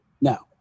now